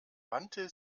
wandte